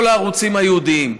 כל הערוצים הייעודיים.